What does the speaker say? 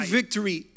victory